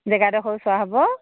জেগাডোখৰো চোৱা হ'ব